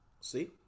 See